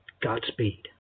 Godspeed